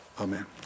amen